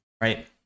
right